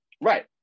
Right